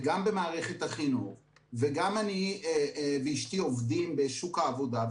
וגם מערכת החינוך וגם אני ואשתי עובדים בשוק העבודה,